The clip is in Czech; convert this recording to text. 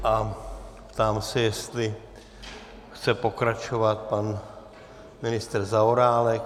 Ptám se, jestli chce pokračovat pan ministr Zaorálek.